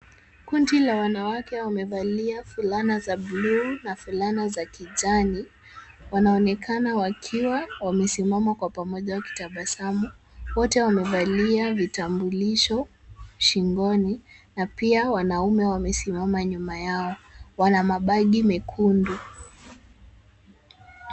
Kundi la wanawake wamevalia fulana za bluu na fulana za kijani, wanaonekana wakiwa wamesimama kwa pamoja wakitabasamu. Wote wamevalia vitambulisho shingoni na pia wanaume wamesimama nyuma yao. Wana mabagi mekundu.